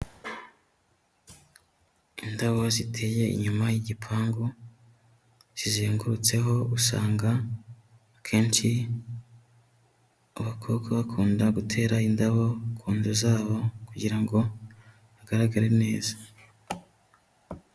Indabo ziteye inyuma y'igipangu, zizengurutseho usanga akenshi abakobwa bakunda gutera indabo ku nzu zabo kugira ngo hagaragare neza.